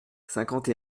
cinquante